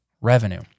revenue